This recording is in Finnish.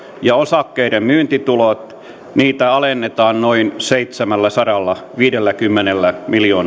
ja osakkeiden myyntitulot niitä alennetaan noin seitsemälläsadallaviidelläkymmenellä miljoonalla eurolla